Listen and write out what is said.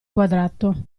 quadrato